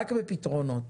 רק בפתרונות,